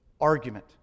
argument